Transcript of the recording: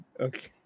Okay